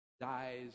dies